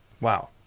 Wow